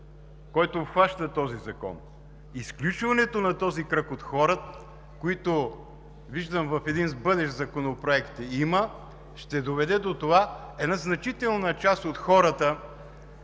който обхваща този закон. Изключването на кръга от хора, които виждам в един бъдещ законопроект, ще доведе до това, че една значителна част от хората,